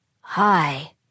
Hi